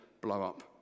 blow-up